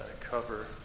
cover